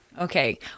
Okay